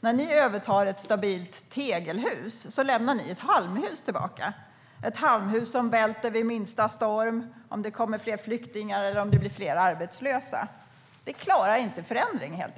När ni övertar ett stabilt tegelhus lämnar ni ett halmhus tillbaka, ett halmhus som välter vid minsta storm, som välter om det kommer fler flyktingar eller om det blir fler arbetslösa. Det klarar helt enkelt inte förändring.